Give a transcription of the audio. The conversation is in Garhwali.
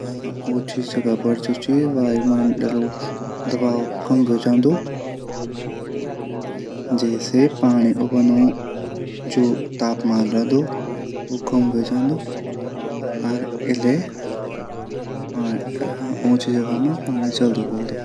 उंची जगह पर वायुमंडल दवाब कम वे जांदू जैसे पाणी उबलणा तापमान हूदू ऊ कम ह्वे जांदू अर इले इले उचीः जगह मा पाणी जलदी उबलदू।